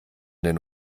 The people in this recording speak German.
den